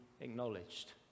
acknowledged